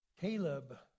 Caleb